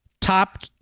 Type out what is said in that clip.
top